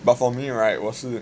but for me right 我是